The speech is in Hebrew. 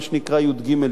מה שנקרא י"ג,